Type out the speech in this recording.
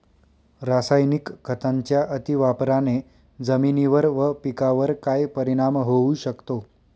रासायनिक खतांच्या अतिवापराने जमिनीवर व पिकावर काय परिणाम होऊ शकतो?